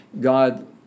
God